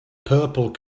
purple